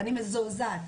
אני מזועזעת.